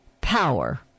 power